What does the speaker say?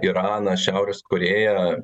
iraną šiaurės korėją